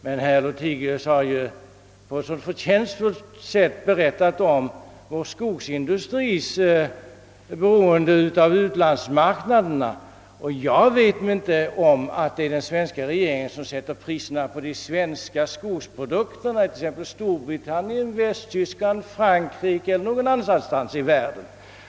Men herr Lothigius har ju redan på ett förtjänstfullt sätt berättat om vår skogsindustris beroende av utlandsmarknaderna, och jag känner inte till att det är den svenska regeringen som sätter priserna på de svenska skogsprodukterna i Storbritannien, Västtyskland, Frankrike eller någon annanstans i världen.